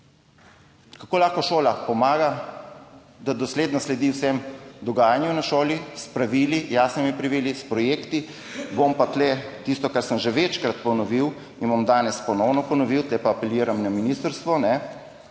Kako lahko šola pomaga? Da dosledno sledi vsemu dogajanju na šoli s pravili, jasnimi pravili, s projekti. Bom pa tu tisto, kar sem že večkrat ponovil, in bom danes ponovno ponovil, tu pa apeliram na ministrstvo,